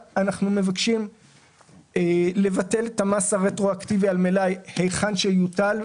מבקשים לבטל את המס הרטרואקטיבי על מלאי היכן שיוטל.